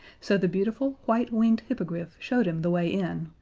so the beautiful, white-winged hippogriff showed him the way in,